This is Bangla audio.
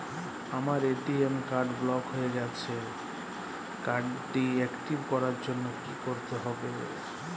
আমার এ.টি.এম কার্ড ব্লক হয়ে গেছে কার্ড টি একটিভ করার জন্যে কি করতে হবে?